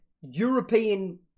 European